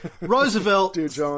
Roosevelt